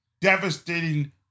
devastating